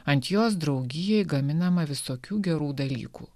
ant jos draugijoj gaminama visokių gerų dalykų